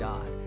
God